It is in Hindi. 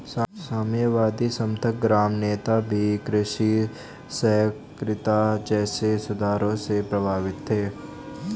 साम्यवादी समर्थक ग्राम नेता भी कृषि सहकारिता जैसे सुधारों से प्रभावित थे